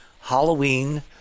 Halloween